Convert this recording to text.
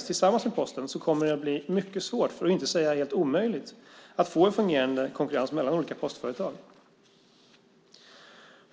tillsammans med Posten kommer det att bli mycket svårt, för att inte säga omöjligt, att få en fungerande konkurrens mellan olika postföretag.